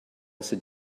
sit